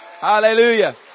Hallelujah